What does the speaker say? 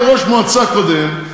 כראש מועצה קודם,